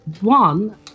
one